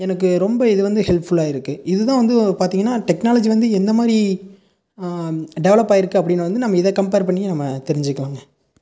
எனக்கு ரொம்ப இது வந்து ஹெல்ப் ஃபுல்லாக இருக்குது இதுதான் வந்து பார்த்தீங்கனா டெக்னாலஜி வந்து எந்த மாதிரி டெவலப் ஆகிருக்கு அப்படிங்கறத நம்ம இதை கம்பேர் பண்ணி நம்ம தெரிஞ்சிக்கிலாம்